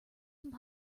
some